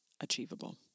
achievable